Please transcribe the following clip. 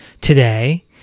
Today